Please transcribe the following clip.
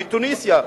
בתוניסיה,